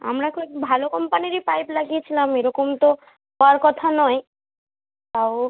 আমরা খুব ভালো কোম্পানিরই পাইপ লাগিয়েছিলাম এরকম তো হওয়ার কথা নয় তাও